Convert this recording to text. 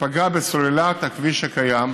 ופגע בסוללת הכביש הקיים,